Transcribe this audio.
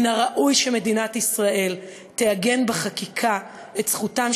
מן הראוי שמדינת ישראל תעגן בחקיקה את זכותם